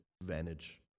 advantage